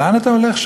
לאן אתה הולך?